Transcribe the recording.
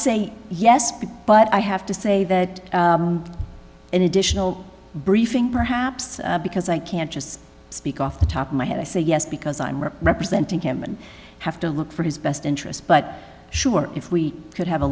say yes but but i have to say that an additional briefing perhaps because i can't just speak off the top of my head i say yes because i'm or representing him and have to look for his best interest but sure if we could have a